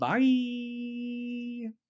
Bye